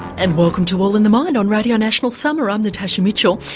and welcome to all in the mind on radio national summer. i'm natasha mitchell.